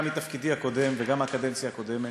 גם מתפקידי הקודם וגם מהקדנציה הקודמת.